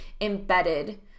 embedded